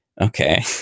Okay